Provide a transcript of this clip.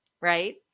right